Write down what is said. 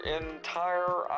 entire